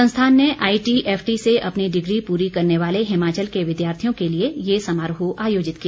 संस्थान ने आईटीएफटी से अपनी डिग्री पूरी करने वाले हिमाचल के विद्यार्थियों के लिए ये समारोह आयोजित किया